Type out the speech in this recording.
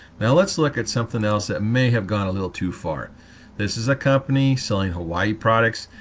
now let's look at something else that may have gone a little too far this is a company selling hawaii products,